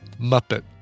Muppet